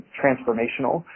transformational